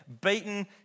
beaten